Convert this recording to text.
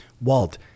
Walt